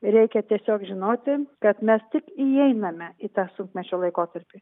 reikia tiesiog žinoti kad mes tik įeiname į tą sunkmečio laikotarpį